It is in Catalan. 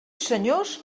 senyors